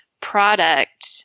product